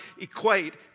equate